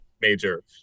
major